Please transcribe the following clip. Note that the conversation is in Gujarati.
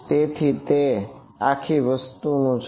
તેથી તે આ આખી વસ્તુ નું છે